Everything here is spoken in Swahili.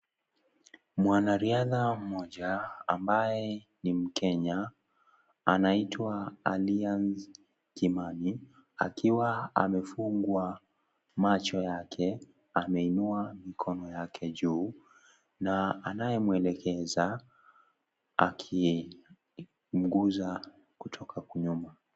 Mwanariadha mmoja ambaye ni mkenya anaitwa Adriane Kimani akiwa amefungwa macho yake. Ameinua mikono yake juu na anayemwelegeza akimguza kutoka kwa nyuma.